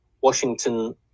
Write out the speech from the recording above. Washington